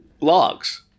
logs